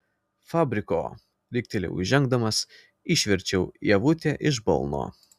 fabriko riktelėjau įžengdamas išverčiau ievutę iš balno